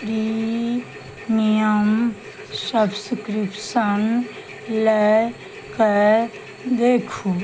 premium subscription लए के देखू